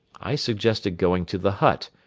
i suggested going to the hut,